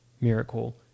miracle